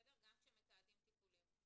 גם כשמתעדים טיפולים.